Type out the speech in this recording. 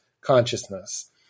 consciousness